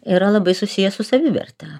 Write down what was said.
yra labai susijęs su saviverte